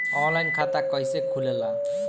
Online खाता कइसे खुलेला?